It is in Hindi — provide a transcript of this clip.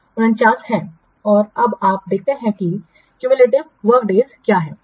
और अब आप देख सकते हैं कि क्यूमयूलेटिव वर्क डेज क्या है